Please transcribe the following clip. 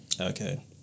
Okay